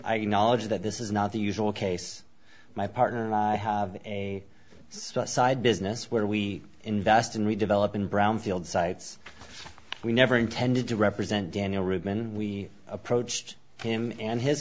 i knowledge that this is not the usual case my partner and i have a side business where we invest and we develop in brownfield sites we never intended to represent daniel reuben we approached him and his